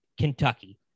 kentucky